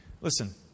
listen